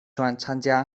参加